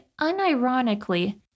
unironically